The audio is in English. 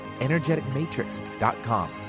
energeticmatrix.com